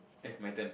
eh my turn